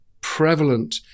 prevalent